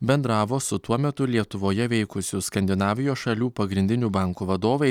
bendravo su tuo metu lietuvoje veikusių skandinavijos šalių pagrindinių bankų vadovais